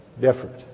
different